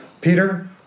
Peter